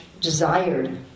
desired